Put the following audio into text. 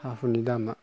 हा हुनि दामा